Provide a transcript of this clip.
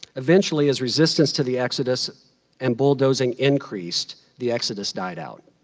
eventually, as resistance to the exodus and bulldozing increased, the exodus died out.